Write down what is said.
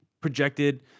projected